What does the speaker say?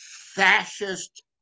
fascist